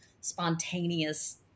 spontaneous